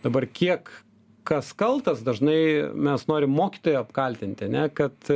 dabar kiek kas kaltas dažnai mes norim mokytoją apkaltinti ane kad